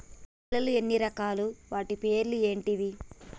నేలలు ఎన్ని రకాలు? వాటి పేర్లు ఏంటివి?